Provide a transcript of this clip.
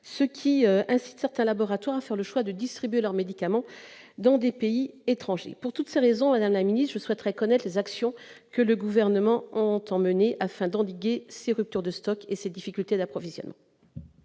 ce qui incite certains laboratoires à faire le choix de distribuer leurs médicaments dans des pays étrangers. Pour toutes ces raisons, madame la ministre, je souhaite connaître les actions que le Gouvernement entend mener, afin d'endiguer ces ruptures de stock et ces difficultés d'approvisionnement.